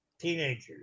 teenagers